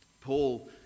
Paul